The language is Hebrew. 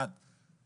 הדבר הראשון,